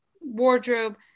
wardrobe